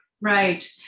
Right